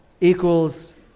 equals